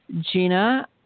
Gina